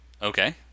Okay